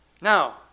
Now